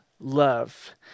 Love